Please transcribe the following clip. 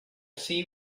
see